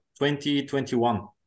2021